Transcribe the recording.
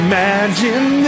Imagine